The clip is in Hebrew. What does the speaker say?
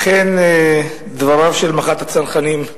אכן דבריו של מח"ט הצנחנים,